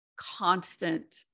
constant